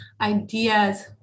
ideas